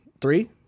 Three